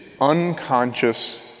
unconscious